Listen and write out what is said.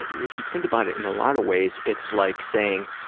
if you think about it, in a lot of ways, it's like saying,